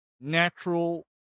natural